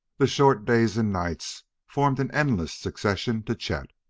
the short days and nights formed an endless succession to chet.